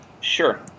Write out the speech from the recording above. sure